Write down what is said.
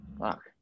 fuck